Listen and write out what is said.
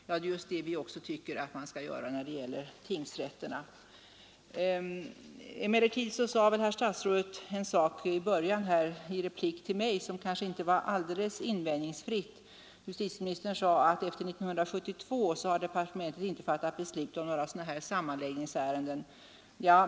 Det är just det vi också tycker att man skall göra när det gäller tingsrätterna. Men i början av sin replik till mig sade herr statsrådet någonting som kanske inte var alldeles invändningsfritt. Justitieministern sade att departementet efter 1972 inte fattat beslut om några sammanläggningar.